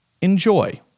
enjoy